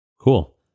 Cool